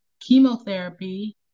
chemotherapy